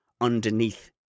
underneath